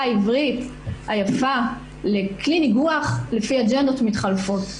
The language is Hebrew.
העברית היפה לכלי ניגוח לפי אג'נדות מתחלפות.